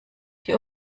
die